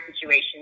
situation